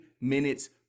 minutes